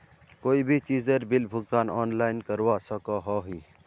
कोई भी चीजेर बिल भुगतान ऑनलाइन करवा सकोहो ही?